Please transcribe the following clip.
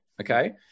Okay